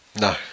No